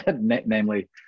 namely